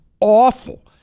awful